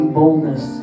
boldness